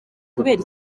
kubera